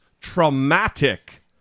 traumatic